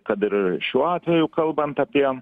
kad ir šiuo atveju kalbant apie